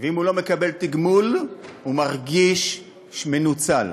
אם הוא לא מקבל תגמול הוא מרגיש מנוצל.